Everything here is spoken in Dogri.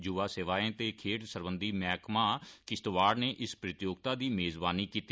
युवा सेवाएं ते खेड्डे सरबंधी मैहकमा किश्तवाड़ नै इस प्रतियोगिता दी मेजबानी कीती